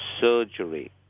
surgery